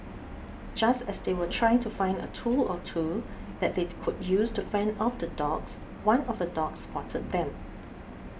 just as they were trying to find a tool or two that they could use to fend off the dogs one of the dogs spotted them